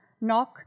Knock